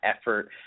effort